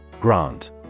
Grant